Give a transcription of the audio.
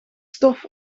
stof